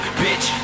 bitch